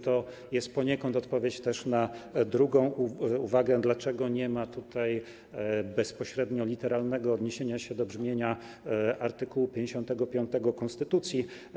To jest poniekąd odpowiedź też na drugą uwagę, dlaczego nie ma tutaj bezpośrednio literalnego odniesienia się do brzmienia art. 55 konstytucji.